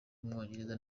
w’umwongereza